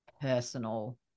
personal